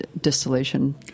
distillation